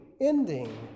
ending